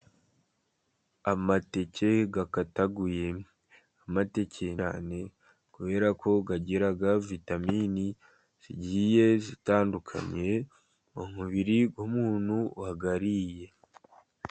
Amateke akataguye amateke r kubera ko agira vitaminini zigiye zitandukaniye mu mubiri nk'umuntu uyariye.